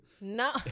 No